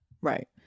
Right